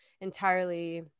entirely –